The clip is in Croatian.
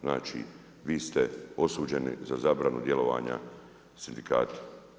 Znači vi ste osuđeni za zabranu djelovanja sindikata.